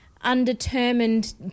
undetermined